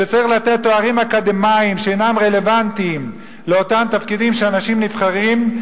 שצריך לתת תארים אקדמיים שאינם רלוונטיים לתפקידים שאנשים נבחרים,